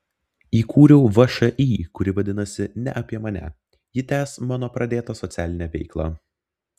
įkūriau všį kuri vadinasi ne apie mane ji tęs mano pradėtą socialinę veiklą